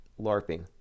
LARPing